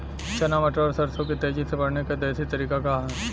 चना मटर और सरसों के तेजी से बढ़ने क देशी तरीका का ह?